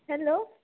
hello